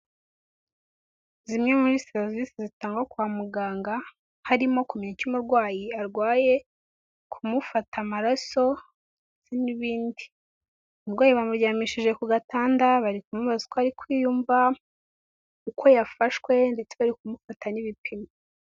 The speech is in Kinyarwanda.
Zimwe muri serivise zitangwa kwa muganga, harimo kumenya icyo umurwayi arwaye, kumufata amaraso ndetse nibindi, umurwayi bamuryamishije ku gatanda bari kumubaza uko ari kwiyumva, uko yafashwe ndetse bari kumufata n'ibipimo.